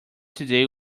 today